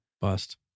Bust